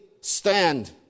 stand